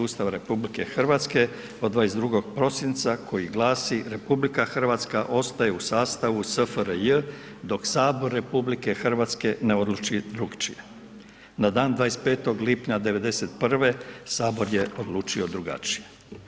Ustava RH od 22. prosinca koji glasi, RH ostaje u sastavu SFRJ dok Sabor RH ne odluči drukčije, na dan 25. lipnja '91. sabor je odlučio drugačije.